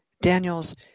Daniel's